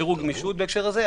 אפשרו גמישות בהקשר הזה,